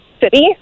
city